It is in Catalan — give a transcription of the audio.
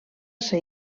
ser